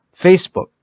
Facebook